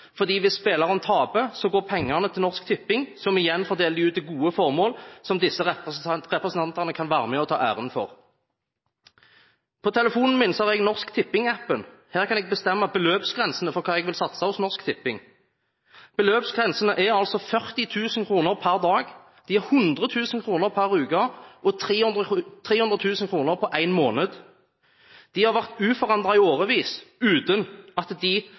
går pengene til Norsk Tipping, som igjen får dele dem ut til gode formål som disse representantene kan være med og ta æren for. På telefonen min har jeg Norsk Tipping-appen. Her kan jeg bestemme beløpsgrensene for hva jeg vil satse hos Norsk Tipping. Beløpsgrensene er altså 40 000 kr per dag, de er 100 000 kr per uke og 300 000 kr per måned. De har vært uforandret i årevis, uten at de